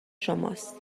شماست